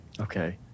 Okay